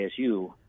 ASU